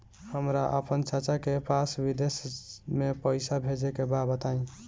हमरा आपन चाचा के पास विदेश में पइसा भेजे के बा बताई